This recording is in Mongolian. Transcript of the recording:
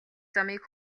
замыг